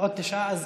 עוד תשעה.